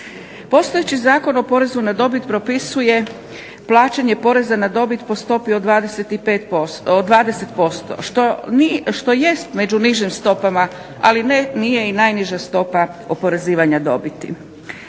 Postojeći Zakon o porezu na dobit propisuje plaćanje poreza na dobit po stopi od 20% što jest među nižim stopama, ali nije i najniža stopa oporezivanja dobiti.